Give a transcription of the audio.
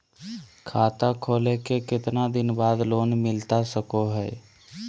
खाता खोले के कितना दिन बाद लोन मिलता सको है?